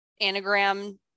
anagram